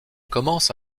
commence